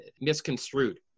misconstrued